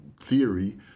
theory